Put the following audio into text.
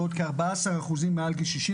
ועוד כ-14% מעל גיל 65,